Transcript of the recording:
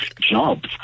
jobs